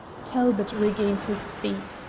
talbot regained his feet.